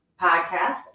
podcast